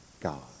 God